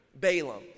Balaam